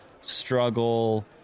struggle